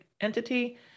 entity